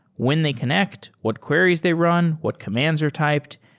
when they connect? what queries they run? what commands are typed?